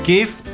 Give